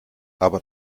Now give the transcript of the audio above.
aber